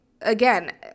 again